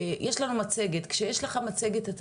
אז השלב הראשון היה